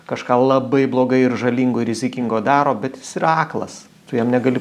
kažką labai blogai ir žalingo ir rizikingo daro bet jis yra aklas tu jam negali